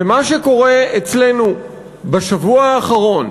ומה שקורה אצלנו בשבוע האחרון